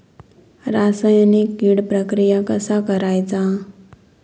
रासायनिक कीड प्रक्रिया कसा करायचा?